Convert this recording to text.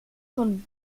von